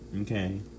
Okay